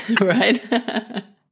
right